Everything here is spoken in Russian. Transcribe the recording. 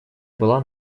была